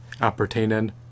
appertaining